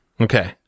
Okay